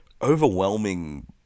overwhelming